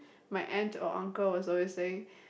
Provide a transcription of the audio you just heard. my aunt or uncle was always saying